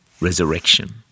resurrection